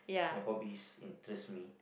my hobbies interest me